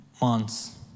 months